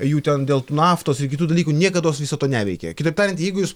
jų ten dėl naftos ir kitų dalykų niekados viso to neveikė kitaip tariant jeigu jūs